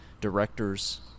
directors